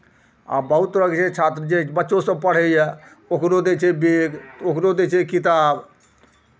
आ बहुत तरहके हे छात्र जे बच्चो सभ पढ़ैए ओकरो दै छै बेग ओकरो दै छै किताब